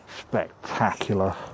spectacular